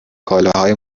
کالاهای